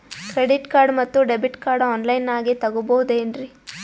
Credit card ಮತ್ತು debit card on ಲೈನಾಗ್ ತಗೋಬಹುದೇನ್ರಿ?